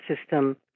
system